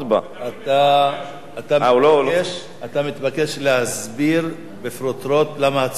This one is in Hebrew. אתה מתבקש להסביר בפרוטרוט, מכיוון שהצופים בבית